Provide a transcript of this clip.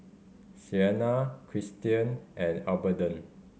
Sienna Kristian and Adelbert